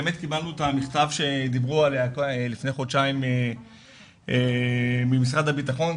באמת קיבלנו את המכתב שדיברו עליו לפני חודשיים ממשרד הבטחון,